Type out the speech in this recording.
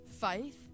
faith